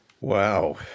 Wow